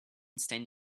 stand